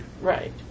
Right